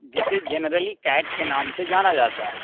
जिसे generally cat के नाम से जाना जाता है